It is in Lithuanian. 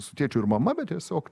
su tėčiu ir mama bet tiesiog